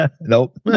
Nope